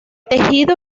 tejido